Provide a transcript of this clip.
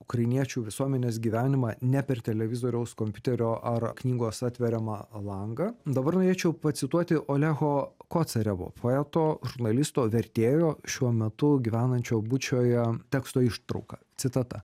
ukrainiečių visuomenės gyvenimą ne per televizoriaus kompiuterio ar knygos atveriamą langą dabar norėčiau pacituoti oleho kocarevo poeto žurnalisto vertėjo šiuo metu gyvenančio bučioje teksto ištrauką citata